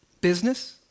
Business